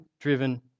driven